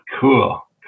Cool